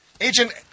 Agent